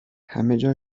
همهجا